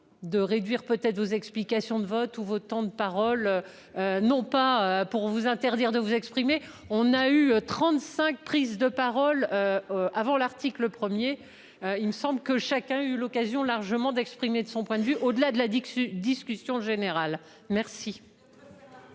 De réduire peut-être aux explications de vote ou vos temps de parole. Non pas pour vous interdire de vous exprimer. On a eu 35, prise de parole. Avant l'article 1er, il me semble que chacun a eu l'occasion largement d'exprimer de son point de vue au-delà de la digue discussion générale merci.